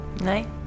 Night